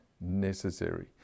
Necessary